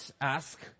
ask